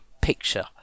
picture